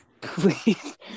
Please